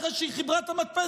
אחרי שהיא חיברה את המדפסת,